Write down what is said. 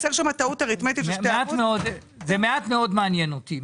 חסר שם טעות אריתמטית של 2%. זה מעט מאוד מעניין אותי.